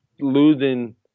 losing